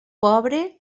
pobre